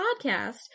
podcast